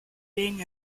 being